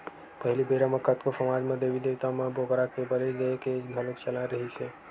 पहिली बेरा म कतको समाज म देबी देवता म बोकरा के बली देय के घलोक चलन रिहिस हे